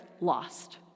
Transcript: lost